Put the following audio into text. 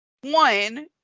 one